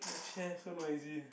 my chair so noisy